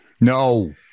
No